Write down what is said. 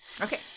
Okay